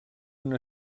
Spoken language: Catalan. una